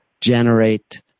generate